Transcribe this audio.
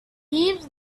heaps